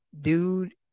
Dude